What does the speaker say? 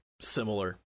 similar